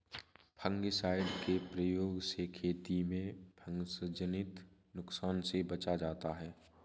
fungicide के प्रयोग से खेती में फँगसजनित नुकसान से बचा जाता है